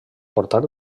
portar